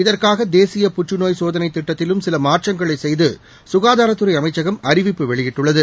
இதற்காக தேசிய புற்றுநோய் சோதனை திட்டத்திலும் சில மாற்றங்களை செய்து சுகாதாரத்துறை அமைச்சகம் அறிவிப்பு வெளியிட்டுள்ளது